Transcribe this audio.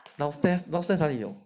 downstairs 哪里有